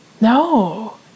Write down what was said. No